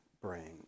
brain